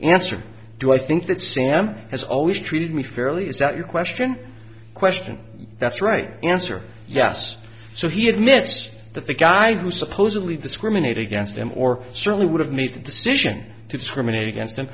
answer do i think that sam has always treated me fairly is that your question question that's right answer yes so he admits that the guy who supposedly discriminate against him or certainly would have made the decision to discriminate against